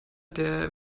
der